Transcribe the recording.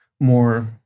more